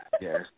Yes